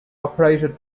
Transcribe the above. operated